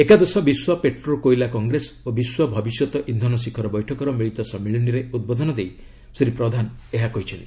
ଏକାଦଶ ବିଶ୍ୱ ପେଟ୍ରୋ କୋଇଲା କଂଗ୍ରେସ ଓ ବିଶ୍ୱ ଭବିଷ୍ୟତ ଇନ୍ଧନ ଶିଖର ବୈଠକର ମିଳିତ ସମ୍ମିଳନୀରେ ଉଦ୍ବୋଧନ ଦେଇ ଶ୍ରୀ ପ୍ରଧାନ ଏହା କହିଛନ୍ତି